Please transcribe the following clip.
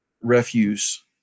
refuse